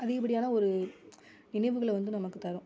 அதிகப்படியான ஒரு நினைவுகளை வந்து நமக்குத் தரும்